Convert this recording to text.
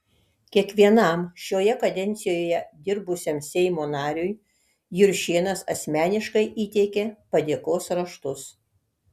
kiekvienam šioje kadencijoje dirbusiam seimo nariui juršėnas asmeniškai įteikė padėkos raštus